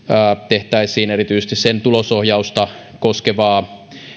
tehtäisiin erityisesti sen tulosohjausta koskevaa